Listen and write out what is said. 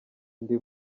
ndi